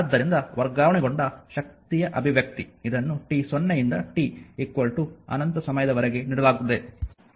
ಆದ್ದರಿಂದ ವರ್ಗಾವಣೆಗೊಂಡ ಶಕ್ತಿಯ ಅಭಿವ್ಯಕ್ತಿ ಇದನ್ನು t 0 ಯಿಂದ t ಅನಂತ ಸಮಯದವರೆಗೆ ನೀಡಲಾಗುತ್ತದೆ